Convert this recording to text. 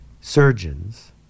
surgeons